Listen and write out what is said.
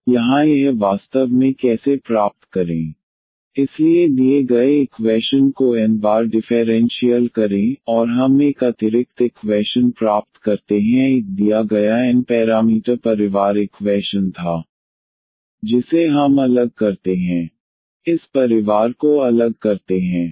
तो यहाँ यह वास्तव में कैसे प्राप्त करें इसलिए दिए गए इक्वैशन को n बार डिफेरेंशीयल करें और हम एक अतिरिक्त इक्वैशन प्राप्त करते हैं एक दिया गया एन पैरामीटर परिवार इक्वैशन था जिसे हम अलग करते हैं इस परिवार को अलग करते हैं